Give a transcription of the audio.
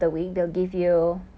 but you don't have to be like